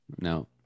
No